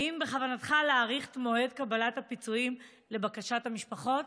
רצוני לשאול: האם בכוונתך להאריך את מועד קבלת הפיצויים לבקשת המשפחות?